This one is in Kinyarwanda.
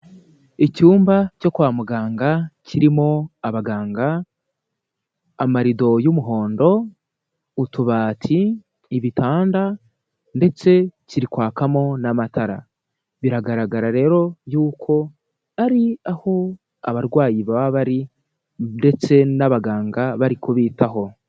Icyumba cyo kwa muganga kirimo abaganga, amarido y'umuhondo, utubati, ibitanda ndetse kiri kwakamo n'amatara. Biragaragara rero yuko ari aho abarwayi baba bari ndetse n'abaganga bari kubitaho.